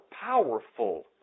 powerful